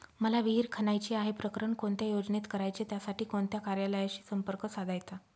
मला विहिर खणायची आहे, प्रकरण कोणत्या योजनेत करायचे त्यासाठी कोणत्या कार्यालयाशी संपर्क साधायचा?